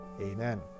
Amen